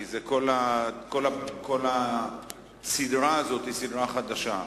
כי כל הסדרה הזאת היא סדרה חדשה,